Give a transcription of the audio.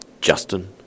Justin